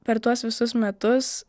per tuos visus metus